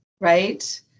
right